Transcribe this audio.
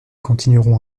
continueront